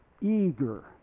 eager